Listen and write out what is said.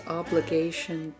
obligation